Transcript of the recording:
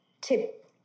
tip